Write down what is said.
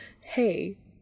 hey